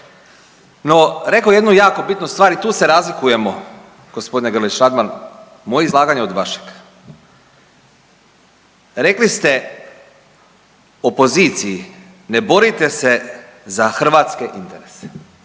No, rekao je jednu jako bitnu stvar i tu se razlikujemo, g. Grlić Radman, moje izlaganje od vašeg. Rekli ste opoziciji, ne borite se za hrvatske interese.